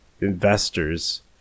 investors